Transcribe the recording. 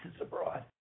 abroad